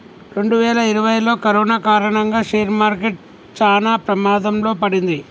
రెండువేల ఇరవైలో కరోనా కారణంగా షేర్ మార్కెట్ చానా ప్రమాదంలో పడింది